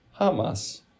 Hamas